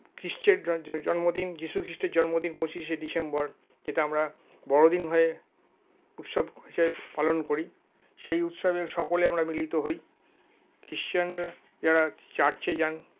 খ্রীষ্টের জন্মদিন যীশু খ্রীষ্টের জন্মদিন পঁচিশে ডিসেম্বর যেটা আমরা বড়দিন হয়ে উৎসব হিসেবে পালন করি সেই উৎসবে সকলে আমরা মিলিত হই খ্রিস্টানরা যারা চার্চে যান